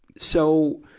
so,